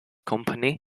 company